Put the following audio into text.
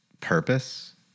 purpose